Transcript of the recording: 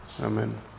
Amen